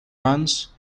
runs